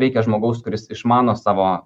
reikia žmogaus kuris išmano savo